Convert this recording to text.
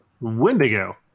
Wendigo